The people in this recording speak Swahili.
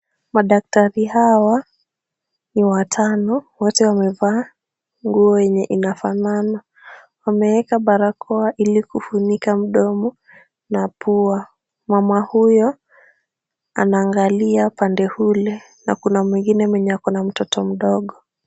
Madaktari hawa ni watano. Wote wamevaa nguo yenye inafanana. Wameeka barakoa ili kufunika mdomo na pua. Mama huyo anaangalia pande ule na kuna mwingine mwenye ako na mtoto mdogo.